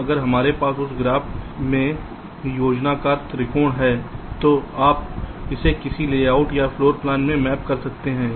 अब अगर हमारे पास उस ग्राफ़ में योजनाकार त्रिकोण हैं तो आप इसे किसी लेआउट या फ़्लोर प्लान में मैप कर सकते हैं